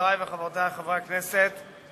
חברי וחברותי חברי הכנסת,